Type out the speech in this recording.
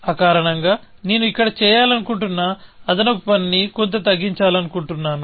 అకారణంగా నేను ఇక్కడ చేయాలనుకుంటున్న అదనపు పనిని కొంత తగ్గించాలనుకుంటున్నాను